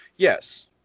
Yes